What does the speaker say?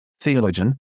theologian